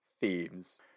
themes